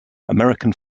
american